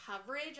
coverage